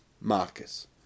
Marcus